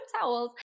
towels